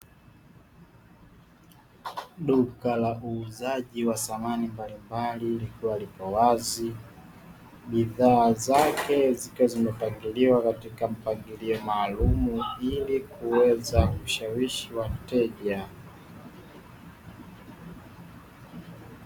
Duka la uuzaji wa samani mbalimbali likiwa lipo wazi bidhaa zake, zikiwa zimepangiliwa katika mpangilio maalumu ili kuweza kushawishi wateja.